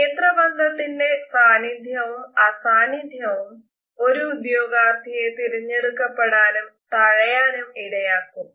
നേത്രബന്ധത്തിന്റെ സാന്നിധ്യവും അസാന്നിധ്യവും ഒരു ഉദ്യോഗാർഥിയെ തിരഞ്ഞെടുക്കപ്പെടാനും തഴയാനും ഇടയാക്കും